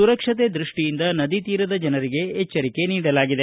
ಸುರಕ್ಷತೆ ದೃಷ್ಷಿಯಿಂದ ನದಿ ತೀರದ ಜನರಿಗೆ ಎಚ್ಚರಿಕೆ ನೀಡಲಾಗಿದೆ